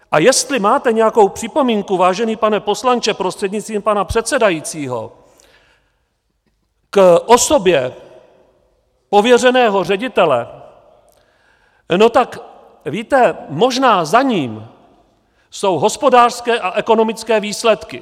A jestli máte nějakou připomínku, vážený pane poslanče prostřednictvím pana předsedajícího, k osobě pověřeného ředitele, no tak víte, možná za ním jsou hospodářské a ekonomické výsledky.